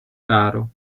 caro